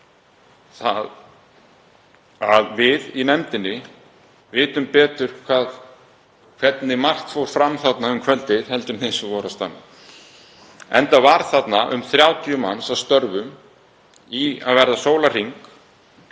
að við í nefndinni vitum betur hvernig margt fór fram þarna um kvöldið heldur en þeir sem voru á staðnum, enda voru þarna um 30 manns að störfum í að verða sólarhring